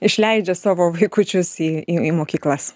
išleidžia savo vaikučius į į į mokyklas